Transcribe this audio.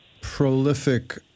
prolific